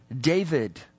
David